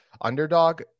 Underdog